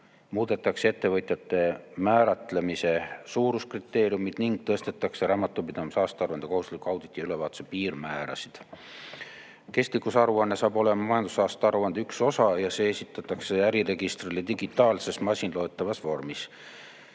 muudetakse ettevõtjate määratlemise suuruskriteeriumid ning tõstetakse raamatupidamise aastaaruannete kohustusliku auditi ja ülevaatuse piirmäärasid. Kestlikkusaruanne saab olema majandusaasta aruande üks osa ja see esitatakse äriregistrile digitaalses masinloetavas vormis.